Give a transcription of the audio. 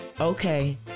Okay